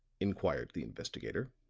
inquired the investigator.